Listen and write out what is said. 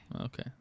Okay